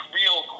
real